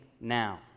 now